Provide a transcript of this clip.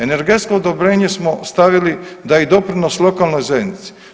Energetsko odobrenje smo stavili da i doprinos lokalnoj zajednici.